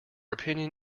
opinion